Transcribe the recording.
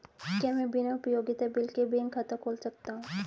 क्या मैं बिना उपयोगिता बिल के बैंक खाता खोल सकता हूँ?